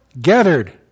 gathered